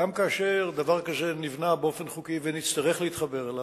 גם כאשר דבר כזה נבנה באופן חוקי ונצטרך להתחבר אליו,